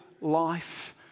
life